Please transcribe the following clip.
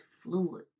fluid